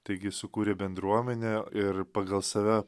taigi sukuria bendruomenę ir pagal save